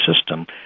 system